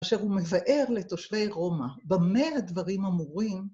‫אשר הוא מבאר לתושבי רומא, ‫במה הדברים אמורים.